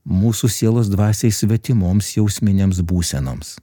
mūsų sielos dvasiai svetimoms jausminėms būsenoms